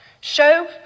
show